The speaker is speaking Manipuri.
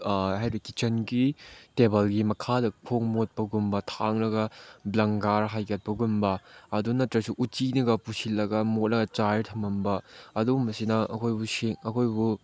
ꯍꯥꯏꯗꯤ ꯀꯤꯠꯆꯟꯒꯤ ꯇꯦꯕꯜꯒꯤ ꯃꯈꯥꯗ ꯈꯣꯡ ꯃꯣꯠꯄꯒꯨꯝꯕ ꯊꯥꯔꯒ ꯔꯪ ꯀꯥꯔꯒ ꯍꯥꯏꯒꯠꯄꯒꯨꯝꯕ ꯑꯗꯨ ꯅꯠꯇ꯭ꯔꯁꯨ ꯎꯆꯤꯅꯒ ꯄꯨꯁꯤꯜꯂꯒ ꯃꯣꯠꯂꯒ ꯆꯥꯏꯔ ꯊꯝꯃꯝꯕ ꯑꯗꯨꯒꯨꯝꯕꯁꯤꯅ ꯑꯩꯈꯣꯏꯕꯨ